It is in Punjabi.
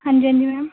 ਹਾਂਜੀ ਹਾਂਜੀ ਮੈਮ